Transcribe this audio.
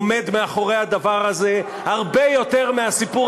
עומד מאחורי הדבר הזה הרבה יותר מהסיפור